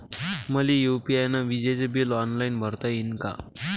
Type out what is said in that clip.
मले यू.पी.आय न विजेचे बिल ऑनलाईन भरता येईन का?